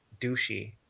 douchey